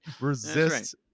Resist